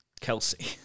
Kelsey